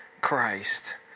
Christ